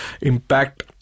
impact